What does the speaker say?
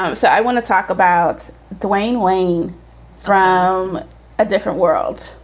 um so i want to talk about dwayne wade from um a different world.